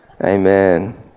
amen